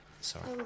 sorry